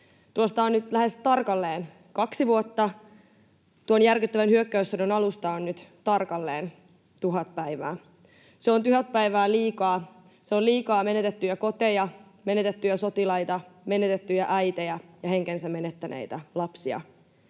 Tuosta on nyt lähes tarkalleen kaksi vuotta. Tuon järkyttävän hyökkäyssodan alusta on nyt tarkalleen tuhat päivää. Se on tuhat päivää liikaa. Se on liikaa menetettyjä koteja, menetettyjä sotilaita, menetettyjä äitejä ja henkensä menettäneitä lapsia.